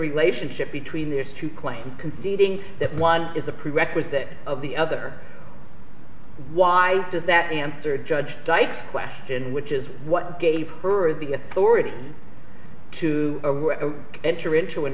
relationship between these two claims conceding that one is a prerequisite of the other why does that answer a judge dyke question which is what gave her the authority to enter into an